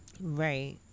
Right